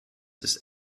ist